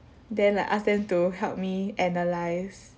then like ask them to help me analyse